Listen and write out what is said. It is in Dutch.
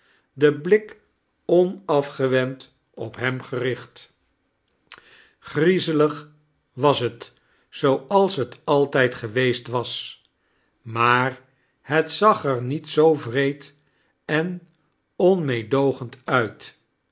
den blik onafgewend op hem gericht griezelig was het zooals het altijd geweest was maar het zag er niet zoo wreed a onmeedoogend uit